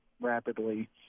rapidly